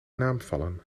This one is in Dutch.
naamvallen